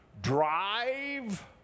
drive